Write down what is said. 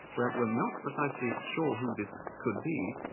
we're we're not precisely sure who this could be.